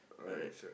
alright